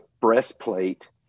breastplate